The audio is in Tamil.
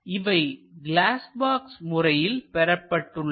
இவை கிளாஸ் பாக்ஸ் முறையில் பெறப்பட்டுள்ளன